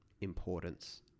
importance